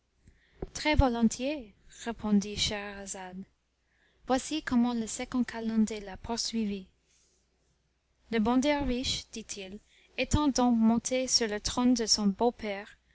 très-volontiers répondit scheherazade voici comment le second calender la poursuivit le bon derviche dit-il étant donc monté sur le trône de son beau-père